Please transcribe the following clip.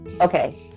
Okay